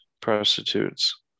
prostitutes